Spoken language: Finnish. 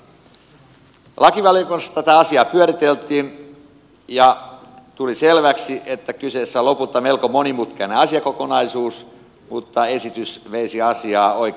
lakivaliokunnassa tätä asiaa pyöriteltiin ja tuli selväksi että kyseessä on lopulta melko monimutkainen asiakokonaisuus mutta esitys veisi asiaa oikeaan suuntaan